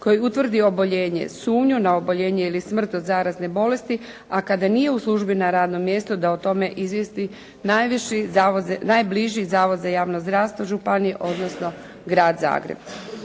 koji utvrdi oboljenje, sumnju na oboljenje ili smrt od zarazne bolesti a kada nije u službi na radnom mjestu da o tome izvijesti najbliži zavod za javno zdravstvo županije, odnosno Grad Zagreb.